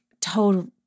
total